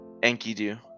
Enkidu